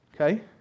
Okay